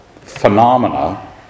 phenomena